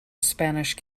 spanish